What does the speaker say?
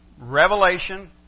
revelation